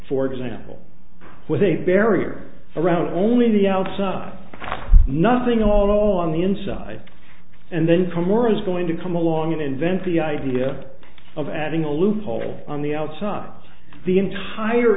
for example with a barrier around only the outside nothing at all on the inside and then from or is going to come along and invent the idea of adding a loophole on the outside of the entire